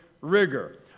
rigor